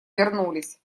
вернулись